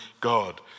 God